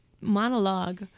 monologue